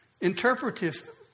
interpretive